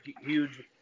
huge